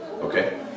Okay